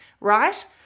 right